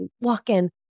walk-in